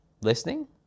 listening